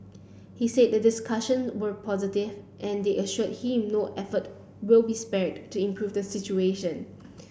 he said that discussion were positive and they assured him no effort will be spared to improve the situation